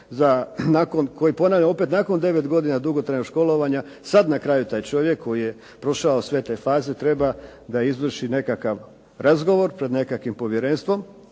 koji ponavljam, nakon 9 godina dugotrajnog školovanja, sada na kraju taj čovjek koji je prošao sve te faze da izvrši razgovor pred nekakvim povjerenstvom,